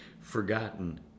forgotten